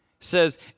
says